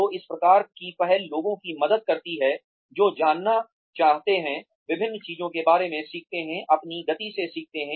तो इस प्रकार की पहल लोगों की मदद करती है जो जानना चाहते हैं विभिन्न चीजों के बारे में सीखते हैं अपनी गति से सीखते हैं